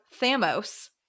Thamos